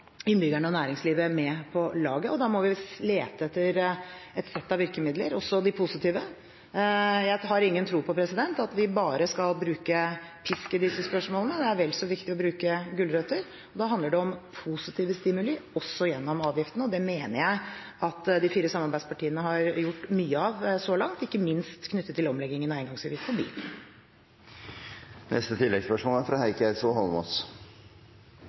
innbyggerne og næringslivet med på laget. Da må vi lete etter et sett av virkemidler, også de positive. Jeg har ingen tro på at vi bare skal bruke pisk i disse spørsmålene. Det er vel så viktig å bruke gulrøtter. Da handler det om positive stimuli, også gjennom avgiftene, og det mener jeg at de fire samarbeidspartiene har gjort mye av så langt, ikke minst knyttet til omleggingen av engangsavgift på bil. Heikki Eidsvoll Holmås